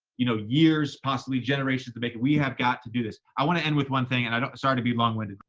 you know, years, possibly generations to make it. we have got to do this. i want to end with one thing, and sorry to be long-winded.